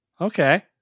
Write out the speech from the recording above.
Okay